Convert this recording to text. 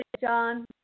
John